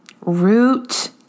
root